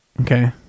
Okay